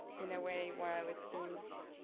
in a way, while it seems